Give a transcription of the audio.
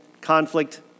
conflict